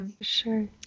sure